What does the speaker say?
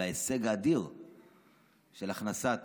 על ההישג אדיר של הכנסת